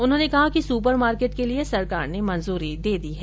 उन्होंने कहा कि सुपर मार्केट के लिए सरकार ने मंजूरी दे दी है